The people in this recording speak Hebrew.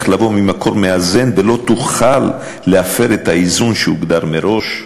לבוא ממקור מאזן ולא תוכל להפר את האיזון שהוגדר מראש.